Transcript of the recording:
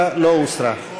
127 לא התקבלה.